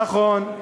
נכון,